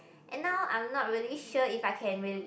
and now I'm not really sure if I can real